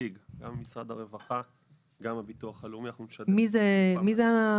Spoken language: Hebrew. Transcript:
ממשרד הרווחה ויש נציג מהביטוח הלאומי --- מי זה הנציג?